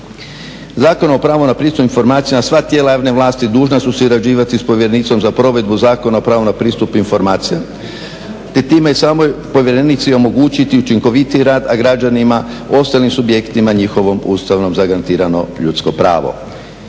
Zakonom o pravu na pristup informacijama sva tijela javne vlasti dužna su surađivati sa povjerenikom za provedbu Zakona o pravu na pristup informacijama, te time samoj povjerenici omogućiti učinkovitiji rad, a građanima ostalim subjektima njihovo Ustavom zagarantirano ljudsko pravo.